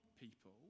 people